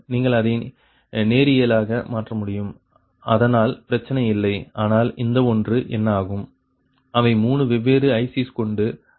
நீங்கள் அதை நெறியலாக மாற்ற முடியும் அதனால் பிரச்சனை இல்லை ஆனால் இந்த ஒன்று என்ன ஆகும் அவை 3 வெவ்வேறு ICs கொண்டுள்ளது